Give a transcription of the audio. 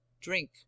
Drink